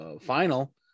Final